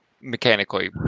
mechanically